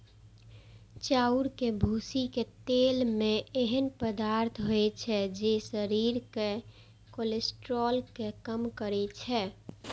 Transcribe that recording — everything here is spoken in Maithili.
चाउरक भूसीक तेल मे एहन पदार्थ होइ छै, जे शरीरक कोलेस्ट्रॉल कें कम करै छै